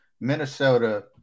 Minnesota